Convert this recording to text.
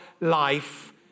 life